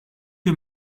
que